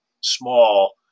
small